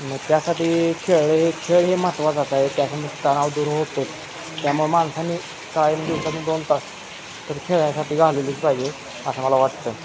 म त्यासाठी खेळलं खेळ हे महत्त्वाचंच आहे त्याच्याने तणाव दूर होतोच त्यामुळे माणसाने कायम दिवसातून दोन तास तरी खेळासाठी घालवलेच पाहिजे असं मला वाटतं